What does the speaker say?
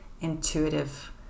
intuitive